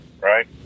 right